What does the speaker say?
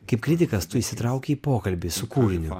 kaip kritikas tu įsitraukei į pokalbį su kūriniu